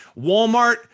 Walmart